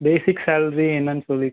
பேசிக் salary என்னென்னு சொல்லி கொஞ்சம்